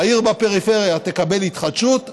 העיר בפריפריה תקבל התחדשות,